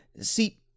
See